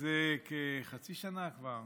מזה חצי שנה אני